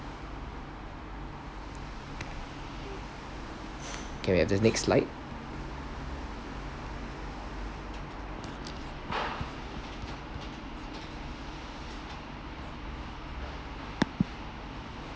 can we have the next slide